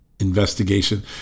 Investigation